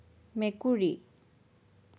মেকুৰী